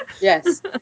Yes